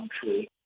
country